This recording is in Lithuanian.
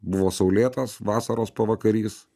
buvo saulėtas vasaros pavakarys